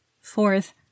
Fourth